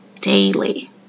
daily